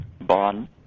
bond